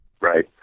right